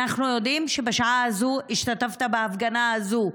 אנחנו יודעים שבשעה הזו השתתפת בהפגנה הזו.